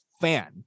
fan